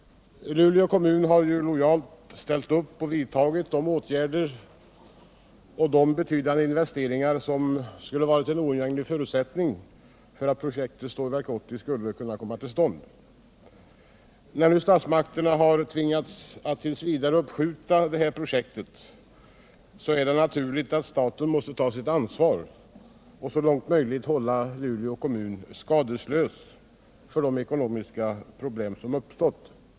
Luleå kommun har lojalt ställt upp och vidtagit de åtgärder och gjort de betydande investeringar som var oundgängligen nödvändiga för att projektet Stålverk 80 skulle kunna komma till stånd. När nu statsmakterna har tvingats attt. v. uppskjuta detta projekt, så är det naturligt att staten tar sitt ansvar och så långt möjligt håller kommunen skadeslös för de ekonomiska problem som uppstått.